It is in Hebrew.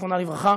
זיכרונה לברכה,